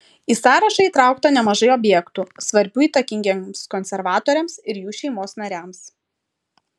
į sąrašą įtraukta nemažai objektų svarbių įtakingiems konservatoriams ir jų šeimos nariams